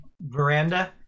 Veranda